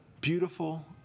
Beautiful